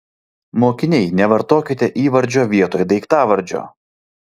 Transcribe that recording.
mokiniai nevartokite įvardžio vietoj daiktavardžio